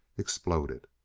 exploded.